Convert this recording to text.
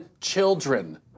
children